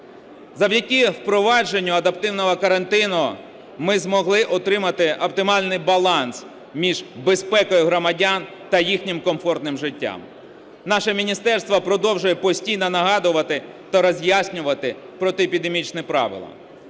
Завдяки впровадженню адаптивного карантину ми змогли утримати оптимальний баланс між безпекою громадян та їхнім комфортним життям. Наше міністерство продовжує постійно нагадувати та роз'яснювати протиепідемічні правила.